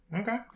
Okay